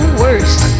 worst